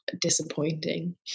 disappointing